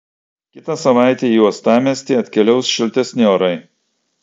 kitą savaitę į uostamiestį atkeliaus šiltesni orai